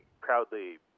proudly